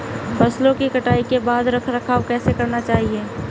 फसलों की कटाई के बाद रख रखाव कैसे करना चाहिये?